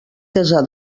desar